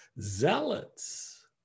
zealots